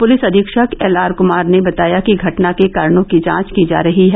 police अधीक्षक LR Kumar ने बताया कि घटना के कारणों की जांच की जा रही है